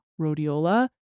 rhodiola